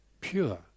pure